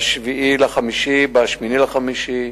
ב-7 במאי וב-8 במאי.